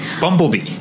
Bumblebee